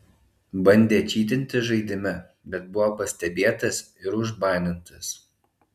bandė čytinti žaidime bet buvo pastebėtas ir užbanintas